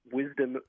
wisdom